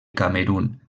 camerun